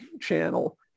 channel